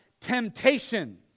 temptation